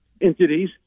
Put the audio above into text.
entities